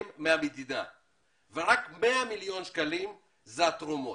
מהמדינה ורק 100 מיליון שקלים באים מתרומות.